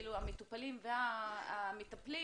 המטופלים והמטפלים